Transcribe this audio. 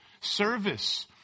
service